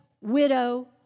widow